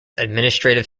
administrative